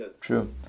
True